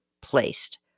placed